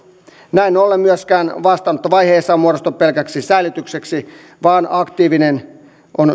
näin ollen myöskään vastaanottovaihe ei saa muodostua pelkäksi säilytykseksi vaan aktivointi on